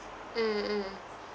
mm mm